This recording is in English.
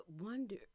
wonder